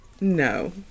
No